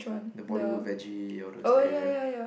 the Bollywood Veggie all those that area